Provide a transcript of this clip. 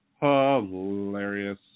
Hilarious